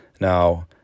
Now